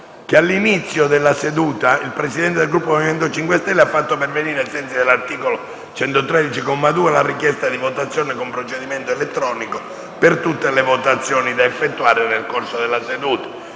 che all'inizio della seduta il Presidente del Gruppo MoVimento 5 Stelle ha fatto pervenire, ai sensi dell'articolo 113, comma 2, del Regolamento, la richiesta di votazione con procedimento elettronico per tutte le votazioni da effettuare nel corso della seduta.